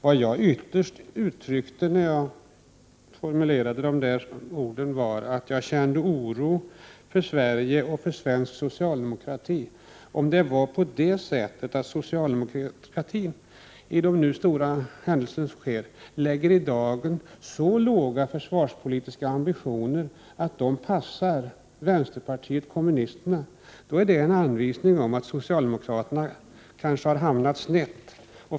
Det jag ytterst ville uttrycka med min formulering var att jag kände oro för Sverige och den svenska socialdemokratin. Om socialdemokratin mot bakgrund av de stora händelser som nu är på gång lägger i dagen så låga försvarspolitiska ambitioner att de passar vänsterpartiet kommunisterna, är det en anvisning om att socialdemokraterna kanske har hamnat snett.